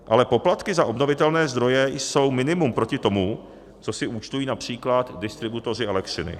Ale poplatky za obnovitelné zdroje jsou minimum proti tomu, co si účtují například distributoři elektřiny.